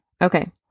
Okay